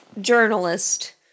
journalist